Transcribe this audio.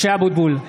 משה אבוטבול,